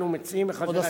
אנו מציעים לחברי הכנסת,